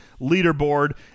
leaderboard